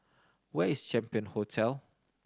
where is Champion Hotel